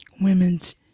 women's